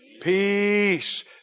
Peace